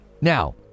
now